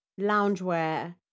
loungewear